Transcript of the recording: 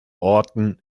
orten